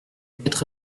quatre